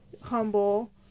humble